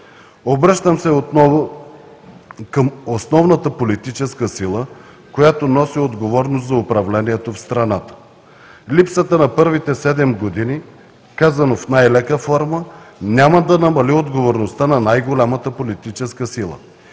Обръщам се отново към основната политическа сила, която носи отговорност за управлението в страната. Липсата на първите седем години, казано в най-лека форма, няма да намали отговорността на най-голямата политическа сила.